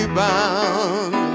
bound